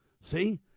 See